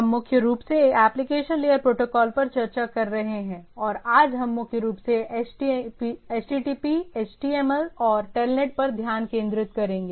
हम मुख्य रूप से एप्लिकेशन लेयर प्रोटोकॉल पर चर्चा कर रहे हैं और आज हम मुख्य रूप से HTTP HTML और TELNET पर ध्यान केंद्रित करेंगे